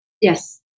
Yes